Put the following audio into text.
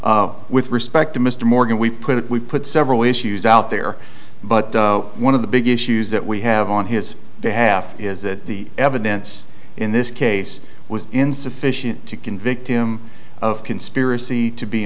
with respect to mr morgan we put we put several issues out there but one of the big issues that we have on his behalf is that the evidence in this case was insufficient to convict him of conspiracy to be